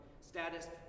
status